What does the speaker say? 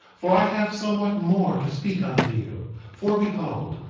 for i have somewhat more to speak unto you for behold,